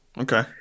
okay